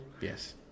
Yes